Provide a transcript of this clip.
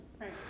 Right